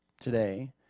today